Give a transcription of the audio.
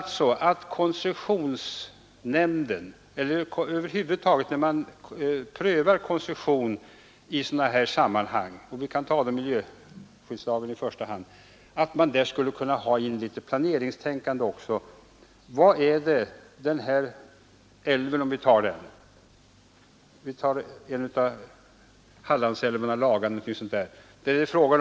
Vi menar att det i koncessionsnämnden eller över huvud taget vid prövning av koncessionsfrågor, i första hand enligt miljöskyddslagen, i viss mån bör tillämpas ett planeringstänkande. Låt mig ta ett fall, där det gäller att förlägga en cellulosaindustri vid en av Hallandsälvarna, t.ex. Lagan.